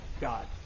God